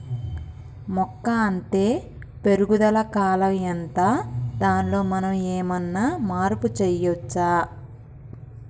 మొక్క అత్తే పెరుగుదల కాలం ఎంత దానిలో మనం ఏమన్నా మార్పు చేయచ్చా?